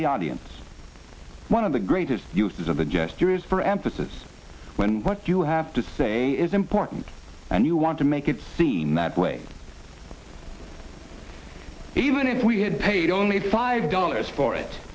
the audience one of the greatest uses of a gesture is for emphasis when what you have to say is important and you want to make it seem that way even if we had paid only five dollars for it